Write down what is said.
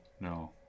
No